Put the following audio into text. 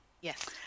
Yes